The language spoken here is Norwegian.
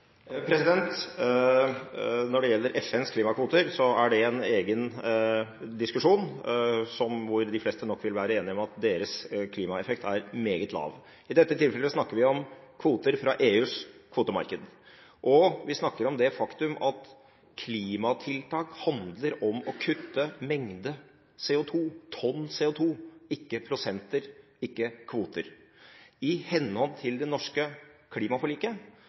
Når det gjelder FNs klimakvoter, er det en egen diskusjon hvor de fleste vil være enige om at deres klimaeffekt er meget lav. I dette tilfellet snakker vi om kvoter fra EUs kvotemarked, og vi snakker om det faktum at klimatiltak handler om å kutte mengde CO2, tonn CO2 – ikke prosenter og kvoter. I henhold til det norske klimaforliket